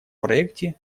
проекте